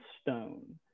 stone